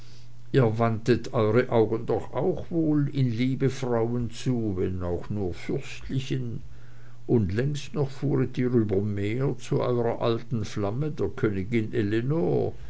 ihr wandtet eure augen doch auch wohl in liebe frauen zu wenn auch nur fürstlichen unlängst noch fuhret ihr über meer zu eurer alten flamme der königin